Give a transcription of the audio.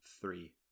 three